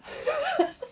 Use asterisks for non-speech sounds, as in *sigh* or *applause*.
*laughs*